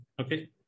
Okay